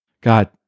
God